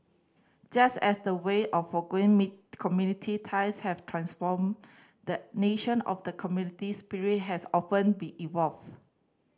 just as the way of community ties have transformed the nation of the community spirit has often be evolved